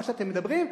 מה שאתם מדברים,